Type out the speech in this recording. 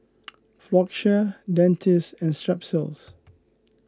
Floxia Dentiste and Strepsils